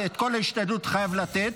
את כל ההשתדלות חייב לתת,